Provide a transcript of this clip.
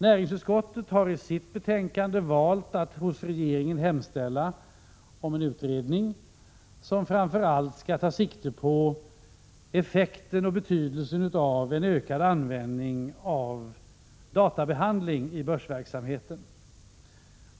Näringsutskottet har i sitt betänkande valt att föreslå riksdagen att hos regeringen hemställa om en utredning, som framför allt skall ta sikte på effekten och betydelsen av en ökad användning av databehandling i börsverksamheten.